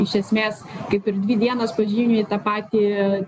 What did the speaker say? iš esmės kaip ir dvi dienos pažymi tą patį